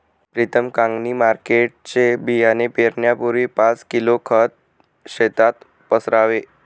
प्रीतम कांगणी मार्केटचे बियाणे पेरण्यापूर्वी पाच किलो खत शेतात पसरावे